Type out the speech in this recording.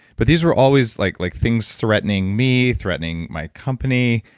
but these were always like like things threatening me threatening my company,